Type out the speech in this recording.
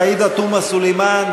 עאידה תומא סלימאן?